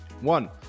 One